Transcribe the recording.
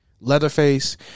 Leatherface